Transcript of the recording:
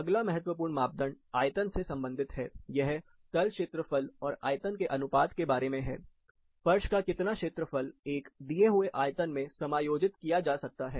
अगला महत्वपूर्ण मापदंड आयतन से संबंधित है यह तल क्षेत्रफल और आयतन के अनुपात के बारे में है फर्श का कितना क्षेत्रफल एक दिए हुए आयतन में समायोजित किया जा सकता है